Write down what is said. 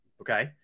Okay